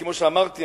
כמו שאמרתי,